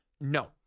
No